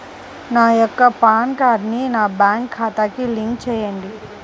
నా యొక్క పాన్ కార్డ్ని నా బ్యాంక్ ఖాతాకి లింక్ చెయ్యండి?